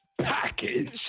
Package